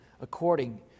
according